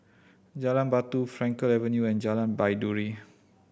Jalan Batu Frankel Avenue and Jalan Baiduri